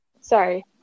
sorry